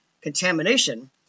contamination